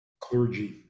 clergy